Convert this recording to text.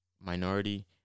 minority